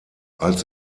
als